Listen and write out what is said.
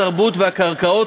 התרבות והקרקעות,